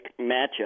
matchup